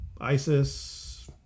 ISIS